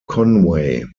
conway